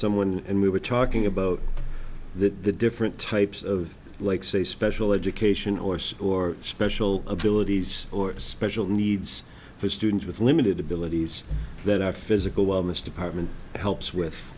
someone and we were talking about that the different types of like say special education or see or special abilities or special needs for students with limited abilities that are physical wellness department helps with